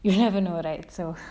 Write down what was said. you never know it right so